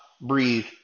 breathe